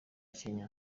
kenya